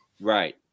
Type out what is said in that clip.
Right